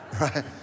Right